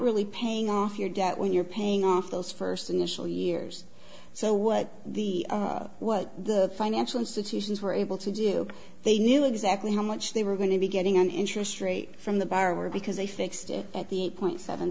really paying off your debt when you're paying off those first so years so what the what the financial institutions were able to do they knew exactly how much they were going to be getting an interest rate from the borrower because they fixed it at the eight point seven